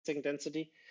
density